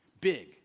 big